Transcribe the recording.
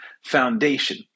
Foundation